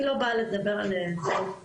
אני לא באה לדבר על תרופות,